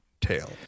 tale